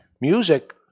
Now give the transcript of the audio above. music